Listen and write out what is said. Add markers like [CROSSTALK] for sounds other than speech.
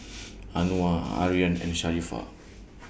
[NOISE] Anuar Aryan and Sharifah